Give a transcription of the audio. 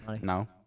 no